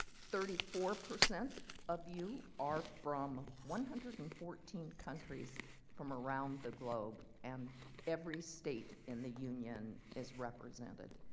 thirty four percent of you are from one hundred and fourteen countries from around the globe and every state in the union is represented.